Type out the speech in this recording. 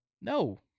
no